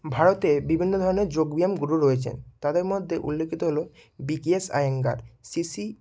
ভারতে বিভিন্ন ধরনের যোগব্যায়াম গুরু রয়েছেন তাদের মধ্যে উল্লিখিত হলো বিকেএস আয়েঙ্গার শ্রী শ্রী